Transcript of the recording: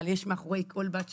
אבל יש מאחורי כל בת שירות,